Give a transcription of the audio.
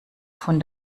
von